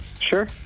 Sure